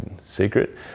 secret